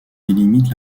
délimite